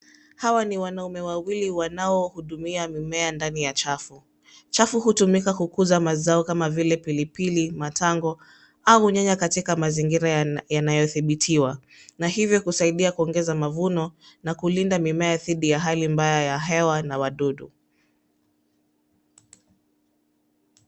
Hawa ni wanaume wawili wanaohudumia mimea ndani ya chafu. Chafu hutumika kukuza mazao kama vile pilipili, matango, au nyanya katika mazingira yanayodhibitiwa, na hivyo kusaidia kuongeza mavuno, na kulinda mimea dhidi ya hali mbaya ya hewa, na wadudu.